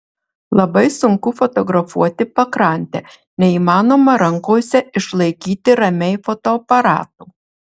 labai sunku fotografuoti pakrantę neįmanoma rankose išlaikyti ramiai fotoaparato